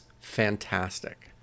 fantastic